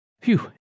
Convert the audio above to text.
Phew